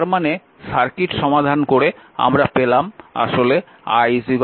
তার মানে সার্কিট সমাধান করে আমরা পেলাম আসলে i 4 অ্যাম্পিয়ার